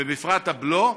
ובפרט הבלו,